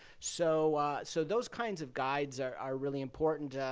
so so those kinds of guides are are really important.